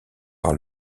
par